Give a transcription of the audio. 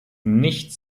nicht